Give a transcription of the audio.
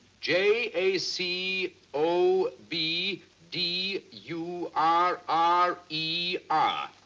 j a c o b, d u r r e ah